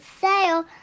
sale